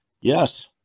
Yes